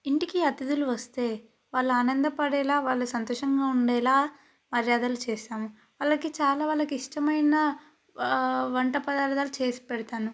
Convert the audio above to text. ఇంటికి అతిథులు వస్తే వాళ్ళు ఆనందపడేలాగా వాళ్ళు సంతోషంగా ఉండేలాగా మర్యాదలు చేస్తాము వాళ్ళకి చాలా వాళ్ళకి ఇష్టమైన వంటపదార్ధాలు చేసి పెడతాను